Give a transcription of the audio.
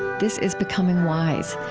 this is becoming wise.